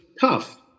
tough